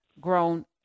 grown